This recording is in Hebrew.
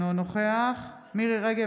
אינו נוכח מירי מרים רגב,